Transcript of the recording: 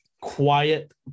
quiet